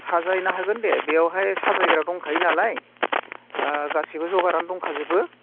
साजायनो हागोन दे बेवहाय साजायग्रा दंखायो नालाय गासिबो जगारानो दंखाजोबो